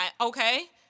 okay